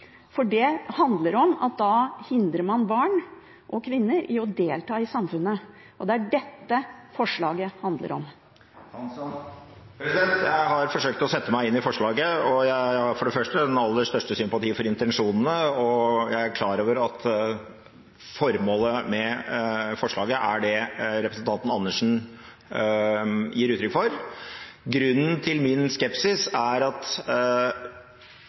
for det handler om å hindre barn og kvinner i å delta i samfunnet. Og det er det dette forslaget handler om. Jeg har forsøkt å sette meg inn i forslaget. Jeg har for det første den aller største sympati for intensjonen, og jeg er klar over at formålet med forslaget er det representanten Andersen gir uttrykk for. Grunnen til min skepsis er at